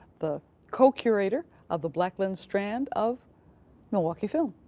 the co-curator of the black lens strand of milwaukee film.